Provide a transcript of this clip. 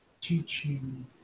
teaching